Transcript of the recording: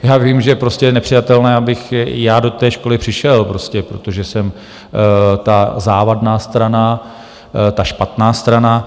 Já vím, že prostě je nepřijatelné, abych já do té školy přišel prostě, protože jsem ta závadná strana, ta špatná strana.